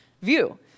view